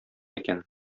икән